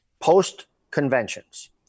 post-conventions